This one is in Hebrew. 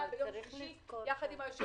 כי הטענות שאנחנו מקבלים הן טענות קשות.